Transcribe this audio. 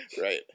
Right